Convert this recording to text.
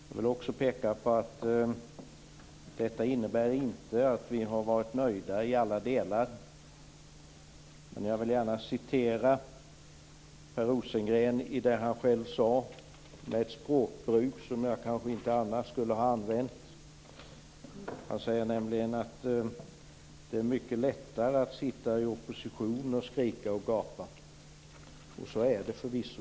Jag vill också peka på att detta inte innebär att vi i alla delar varit nöjda. Jag vill citera Per Rosengren - det är ett språkbruk som jag annars inte skulle ägna mig åt. Han säger att "det är betydligt lättare att vara i opposition och skrika och gapa". Så är det förvisso.